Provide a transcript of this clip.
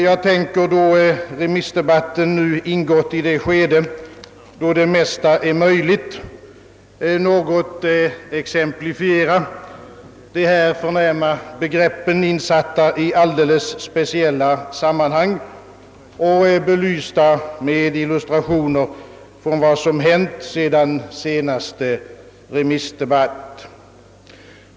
Jag tänker, då remissdebatten nu ingått i ett skede då det mesta är möjligt, något exemplifiera de här förnäma begreppen, insatta i alldeles speciella sammanhang och belysta med illustrationer från vad som hänt sedan senaste remissdebatten.